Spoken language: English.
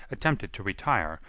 attempted to retire,